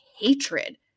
hatred